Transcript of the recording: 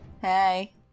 Hey